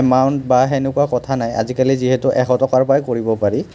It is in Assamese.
এমাউণ্ট বা সেনেকুৱা কথা নাই আজিকালি যিহেতু এশ টকাৰ পৰাই কৰিব পাৰি